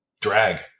Drag